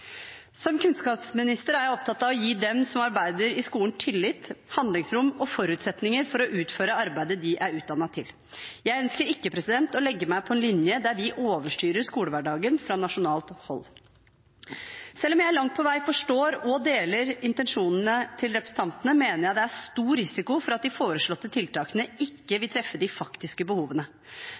Som kunnskapsminister er jeg opptatt av å gi dem som arbeider i skolen, tillit, handlingsrom og forutsetninger for å utføre arbeidet de er utdannet til. Jeg ønsker ikke å legge meg på en linje der vi overstyrer skolehverdagen fra nasjonalt hold. Selv om jeg langt på vei forstår og deler intensjonene til representantene, mener jeg det er stor risiko for at de foreslåtte tiltakene ikke vil treffe de faktiske behovene.